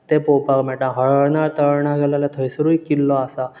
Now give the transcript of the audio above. ते पळोवपाक मेळटा हळर्णा तळर्णा गेले जाल्यार थंयसरुय किल्लो आसा